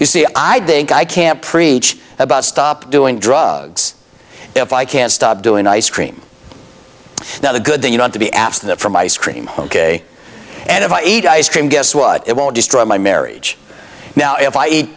you see i'd think i can't preach about stop doing drugs if i can't stop doing ice cream that a good thing you know to be absent from ice cream ok and if i eat ice cream guess what it won't destroy my marriage now if i eat